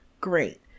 Great